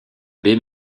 baie